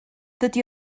dydy